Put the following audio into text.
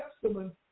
Testament